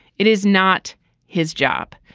it is not his job.